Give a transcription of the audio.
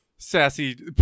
Sassy